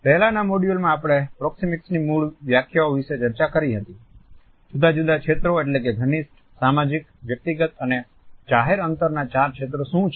પહેલાનાં મોડ્યુલમાં આપણે પ્રોક્સીમીક્સ ની મૂળ વ્યાખ્યાઓ વિશે ચર્ચા કરી હતી જુદા જુદા ક્ષેત્રો એટલે કે ઘનિષ્ઠ સામાજિક વ્યક્તિગત અને જાહેર અંતરનાં ચાર ક્ષેત્રો શું છે